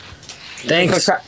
Thanks